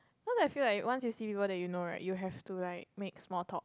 cause I feel like once you see people that you know right you will have to right make small talk